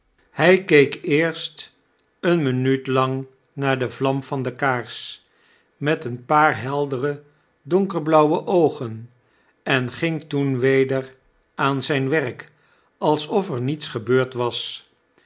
hij keek eerst efene minuut lang naar de vlam van de kaars met een paar heldere donkerblauwe oogen en ging toen weder aan zijn werk alsof er niets gebeurd was